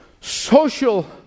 social